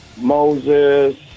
Moses